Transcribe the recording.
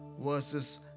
verses